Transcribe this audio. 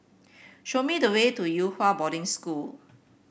show me the way to Yew Hua Boarding School